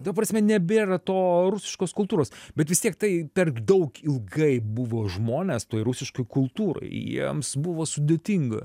ta prasme nebėra to rusiškos kultūros bet vis tiek tai per daug ilgai buvo žmonės toj rusiškoj kultūroj jiems buvo sudėtinga